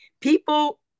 people